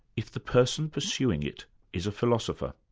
if the person pursuing it is a philosopher?